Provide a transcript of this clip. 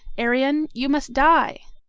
arion, you must die!